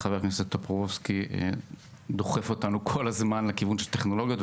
חבר הכנסת טופורובסקי דוחף אותנו כל הזמן לכיוון של טכנולוגיות,